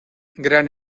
gran